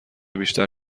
بیشتر